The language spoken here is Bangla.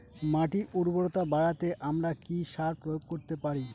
মাটির উর্বরতা বাড়াতে আমরা কি সার প্রয়োগ করতে পারি?